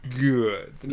good